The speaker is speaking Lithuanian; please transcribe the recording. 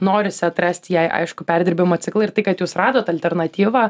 norisi atrasti jai aišku perdirbimo ciklą ir tai kad jūs radot alternatyvą